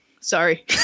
Sorry